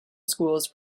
schools